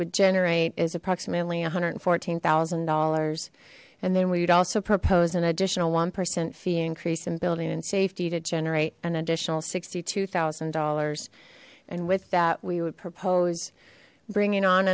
would generate is approximately one hundred and fourteen thousand dollars and then we would also propose an additional one percent fee increase in building and safety to generate an additional sixty two thousand dollars and with that we would propose bringing on